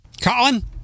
Colin